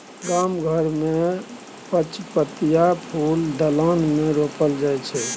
गाम घर मे पचपतिया फुल दलान मे रोपल जाइ छै